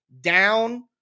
down